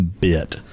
bit